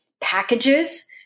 packages